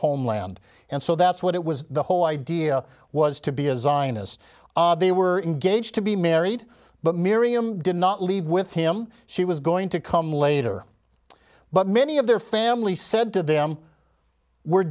homeland and so that's what it was the whole idea was to be a zionist they were engaged to be married but miriam did not leave with him she was going to come later but many of their family said to them we're